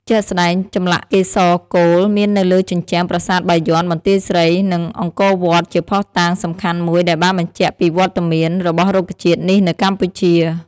ជាក់ស្ដែង ចម្លាក់កេសរកូលមាននៅលើជញ្ជាំងប្រាសាទបាយ័ន បន្ទាយស្រី និងអង្គរវត្តជាភស្ដុតាងសំខាន់មួយដែលបានបញ្ជាក់ពីវត្តមាន របស់រុក្ខជាតិនេះនៅកម្ពុជា។